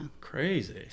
Crazy